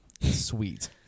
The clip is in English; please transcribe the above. sweet